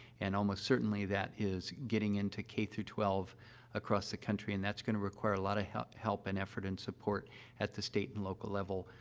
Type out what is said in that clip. and almost certainly, that is getting into k twelve across the country. and that's going to require a lot of help help and effort and support at the state and local level,